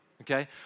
Okay